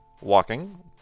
walking